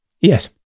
Yes